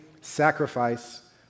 sacrifice